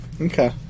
Okay